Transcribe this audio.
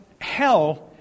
hell